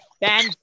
Ben